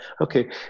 Okay